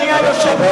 בעניין הזה,